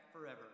forever